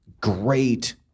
great